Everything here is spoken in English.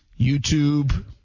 YouTube